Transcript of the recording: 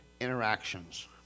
interactions